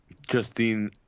Justine